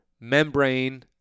membrane